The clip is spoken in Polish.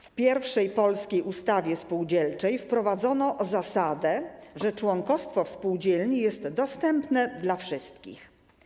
W pierwszej polskiej ustawie spółdzielczej wprowadzono zasadę, że członkostwo w spółdzielni jest dostępne dla wszystkich.